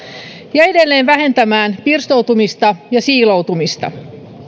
ja edelleen vähentämään pirstoutumista ja siiloutumista